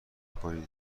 کنین